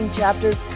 chapters